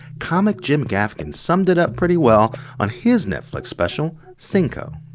comic jim gaffigan summed it up pretty well on his netflix special, cinco.